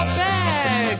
bag